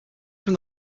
from